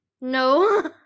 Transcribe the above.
No